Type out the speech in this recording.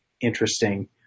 interesting